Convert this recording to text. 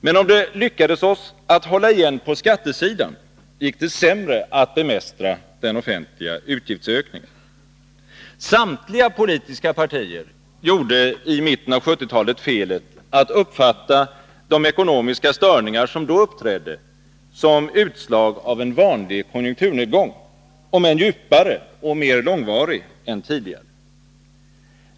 Men om det lyckades oss att hålla igen på skattesidan, gick det sämre att bemästra den offentliga utgiftsökningen. Samtliga politiska partier gjorde i mitten av 1970-talet felet att uppfatta de ekonomiska problem som då uppträdde som utslag av en vanlig konjunkturnedgångom än djupare och mer långvarig än tidigare.